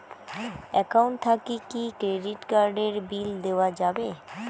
Account থাকি কি credit card এর বিল দেওয়া যাবে?